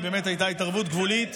היא באמת הייתה התערבות גבולית,